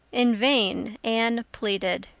in vain anne pleaded.